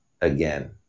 again